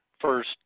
first